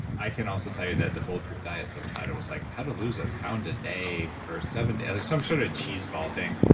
i can also tell you that the bulletproof diet subtitle was like how to lose a pound a day for seven to. and some sort of cheese ball thing.